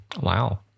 Wow